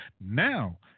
Now